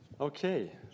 Okay